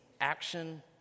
action